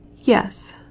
Yes